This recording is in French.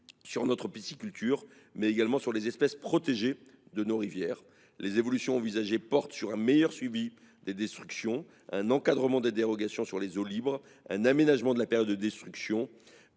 sur notre pisciculture, mais également sur les espèces protégées de nos rivières. Les évolutions envisagées portent sur un meilleur suivi des destructions, un encadrement des dérogations sur les eaux libres, un aménagement de la période de destruction